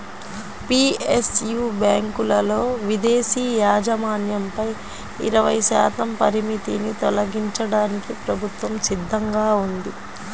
PSU బ్యాంకులలో విదేశీ యాజమాన్యంపై ఇరవై శాతం పరిమితిని తొలగించడానికి ప్రభుత్వం సిద్ధంగా ఉంది